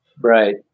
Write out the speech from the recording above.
Right